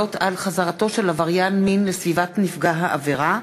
מגבלות על חזרתו של עבריין מין לסביבת נפגע העבירה),